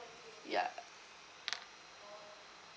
ya